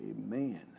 Amen